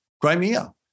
Crimea